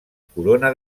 corona